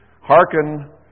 hearken